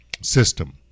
system